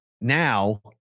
now